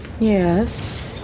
Yes